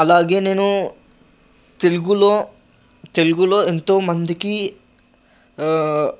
అలాగే నేను తెలుగులో తెలుగులో ఎంతో మందికి